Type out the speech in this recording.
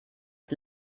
ist